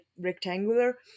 rectangular